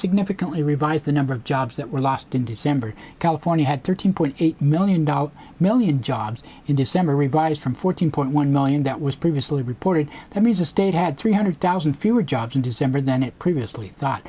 significantly revised the number of jobs that were lost in december california had thirteen point eight million dollars million jobs in december revised from fourteen point one million that was previously reported that means the state had three hundred thousand fewer jobs in december than it previously thought